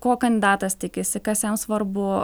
ko kandidatas tikisi kas jam svarbu